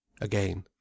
again